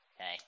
okay